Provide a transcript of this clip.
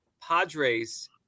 Padres